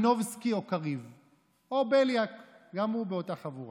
אני פונה לממשלה הזאת, ואני כיהודי אומר את זה: